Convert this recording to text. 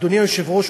אדוני היושב-ראש,